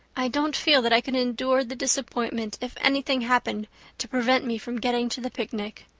i don't feel that i could endure the disappointment if anything happened to prevent me from getting to the picnic.